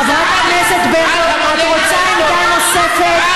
חברת הכנסת ברקו, את רוצה עמדה נוספת?